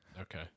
Okay